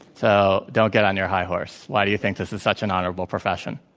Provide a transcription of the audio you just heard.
so don't get on your high horse. why do you think this is such an honorable profession.